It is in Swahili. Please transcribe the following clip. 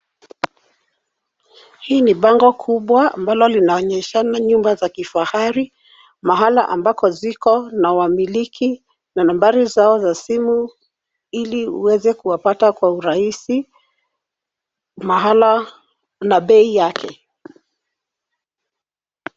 Hili ni bango kubwa ambalo linaonyesha nyumba za kifahari maana ambako ziko na wamiliki na nambari za simu ili uweze kuwapata kwa urahisi, mahala na bei yake.